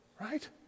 Right